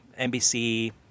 NBC